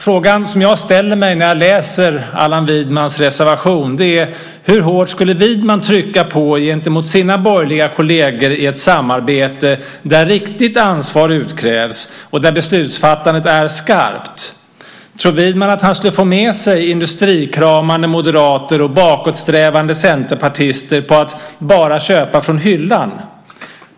Frågan som jag ställer mig när jag läser Allan Widmans reservation är: Hur hårt skulle Widman trycka på gentemot sina borgerliga kolleger i ett samarbete där riktigt ansvar utkrävs och där beslutsfattandet är skarpt? Tror Widman att han skulle få med sig industrikramande moderater och bakåtsträvande centerpartister på att bara köpa från hyllan?